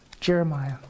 Jeremiah